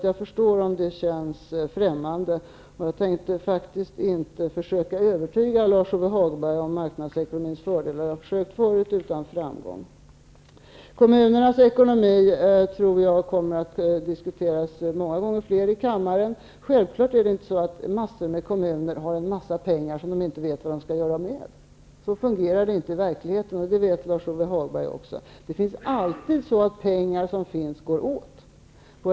Jag förstår att det känns främmande. Jag tänker faktiskt inte försöka övertyga Lars-Ove Hagberg om marknadsekonomins fördelar. Jag har försökt förut utan framgång. Kommunernas ekonomi tror jag kommer att diskuteras många fler gånger i kammaren. Självklart har inte ett stort antal kommuner mängder med pengar, som de inte vet vad de skall göra med. Så fungerar det inte i verkligheten. Det vet också Lars-Ove Hagberg. Pengar som finns går alltid åt.